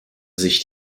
sich